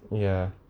ya